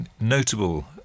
notable